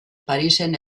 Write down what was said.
parisen